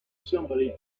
somebody